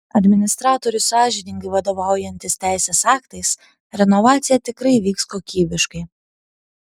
administratoriui sąžiningai vadovaujantis teisės aktais renovacija tikrai vyks kokybiškai